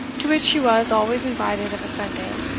to which he was always invited of a sunday,